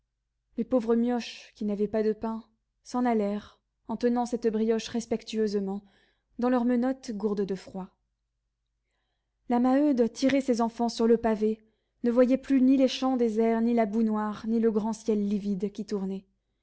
les pauvres mioches qui n'avaient pas de pain s'en allèrent en tenant cette brioche respectueusement dans leurs menottes gourdes de froid la maheude tirait ses enfants sur le pavé ne voyait plus ni les champs déserts ni la boue noire ni le grand ciel livide qui tournait